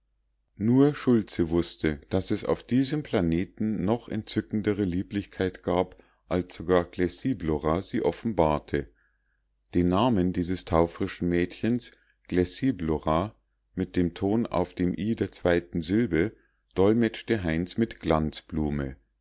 nur schultze wußte daß es auf diesem planeten noch entzückendere lieblichkeit gab als sogar glessiblora sie offenbarte den namen dieses taufrischen mädchens glessiblora mit dem ton auf dem i der zweiten silbe dolmetschte heinz mit